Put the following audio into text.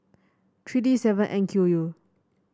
three D seven N Q U